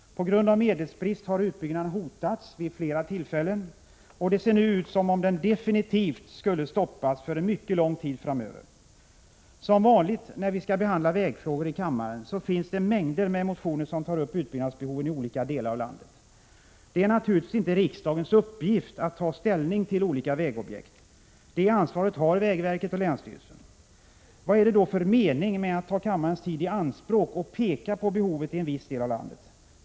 På grund av medelsbrist har utbyggnaden hotats vid flera tillfällen, och det ser nu ut som om den definitivt skulle stoppas för en mycket lång tid framöver. Som vanligt när vi skall behandla vägfrågor i kammaren finns det mängder med motioner i vilka man tar upp utbyggnadsbehoven i olika delar av landet. — Prot. 1986/87:122 Det är naturligtvis inte riksdagens uppgift att ta ställning till olika vägobjekt. 13 maj 1987 Det ansvaret har vägverket och länsstyrelserna. Vad är det då för mening med att ta kammarens tid i anspråk för att peka på behovet i en viss del av landet?